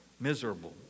miserable